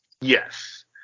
Yes